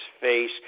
face